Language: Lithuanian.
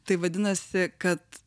tai vadinasi kad